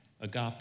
agape